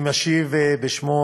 אני משיב בשמו